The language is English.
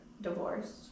divorced